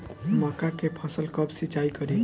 मका के फ़सल कब सिंचाई करी?